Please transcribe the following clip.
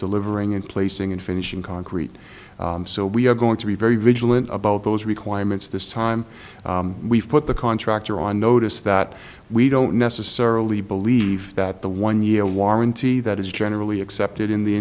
delivering and placing and finishing concrete so we are going to be very vigilant about those requirements this time we've put the contractor on notice that we don't necessarily believe that the one year warranty that is generally accepted in the